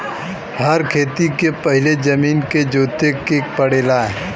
हर खेती के पहिले जमीन के जोते के पड़ला